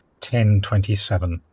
1027